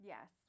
Yes